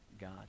God